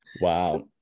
Wow